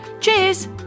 Cheers